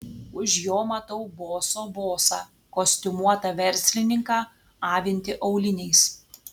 už jo matau boso bosą kostiumuotą verslininką avintį auliniais